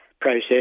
process